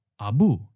abu